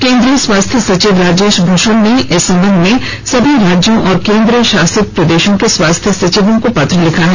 केंद्रीय स्वास्थ्य सचिव राजेश भूषण ने इस संबंध में सभी राज्यों और केंद्र शासित प्रदेशों के स्वास्थ्य सचिवों को पत्र लिखा है